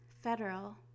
Federal